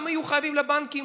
הם גם יהיו חייבים לבנקים